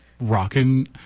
rocking